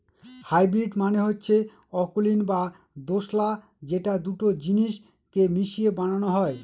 hybrid মানে হচ্ছে অকুলীন বা দোঁশলা যেটা দুটো জিনিস কে মিশিয়ে বানানো হয়